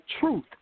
truth